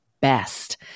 best